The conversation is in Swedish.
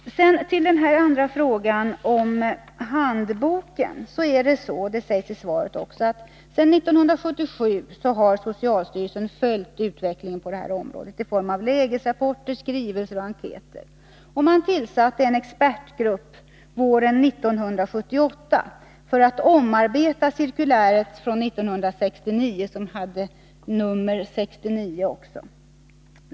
Beträffande handboken är det så, som också sägs i statsrådets svar, att socialstyrelsen sedan 1977 har följt denna fråga i form av lägesrapporter, skrivelser och enkäter. Man tillsatte en expertgrupp våren 1978 för att omarbeta cirkuläret från 1969, vilket också hade nr 69.